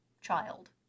child